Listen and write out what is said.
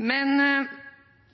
Men